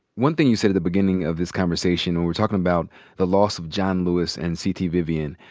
one thing you said at the beginning of this conversation when we're talkin' about the loss of john lewis and c. t. vivian,